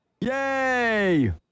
Yay